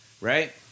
Right